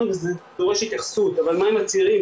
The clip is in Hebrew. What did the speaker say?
וזה דורש התייחסות אבל מה עם הצעירים,